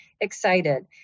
excited